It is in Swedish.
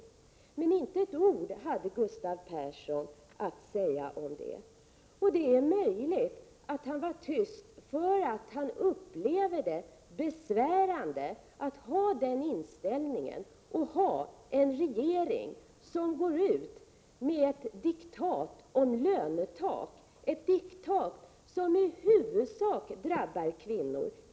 Inte ett ord hade Gustav Persson att säga om detta. Det är möjligt att Gustav Persson var tyst därför att han upplever det som besvärande att ha den inställningen med en regering som går ut med ett diktat om lönetak — ett diktat som i huvudsak drabbar kvinnor.